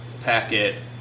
packet